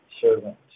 servant